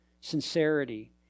sincerity